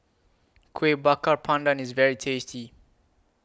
Kueh Bakar Pandan IS very tasty